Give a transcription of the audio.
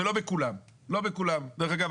ולא בכולם דרך אגב,